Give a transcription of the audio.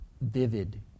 vivid